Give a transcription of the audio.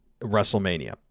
WrestleMania